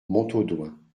montaudoin